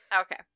Okay